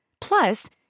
Plus